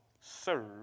serve